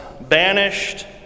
banished